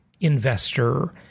investor